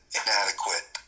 inadequate